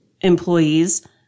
employees